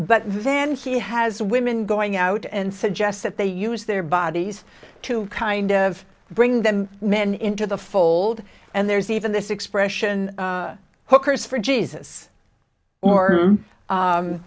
but then he has women going out and suggests that they use their bodies to kind of bring them men into the fold and there's even this expression hookers for jesus or